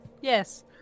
Yes